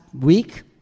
week